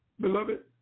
beloved